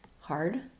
hard